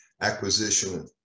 acquisition